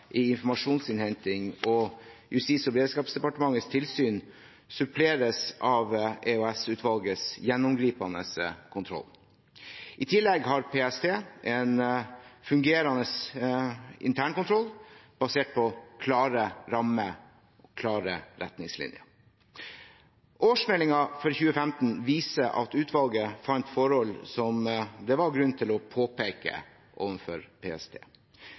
i informasjonsinnhenting og Justis- og beredskapsdepartementets tilsyn suppleres av EOS-utvalgets gjennomgripende kontroll. I tillegg har PST en fungerende internkontroll basert på klare rammer – klare retningslinjer. Årsmeldingen for 2015 viser at utvalget fant forhold som det var grunn til å påpeke overfor PST.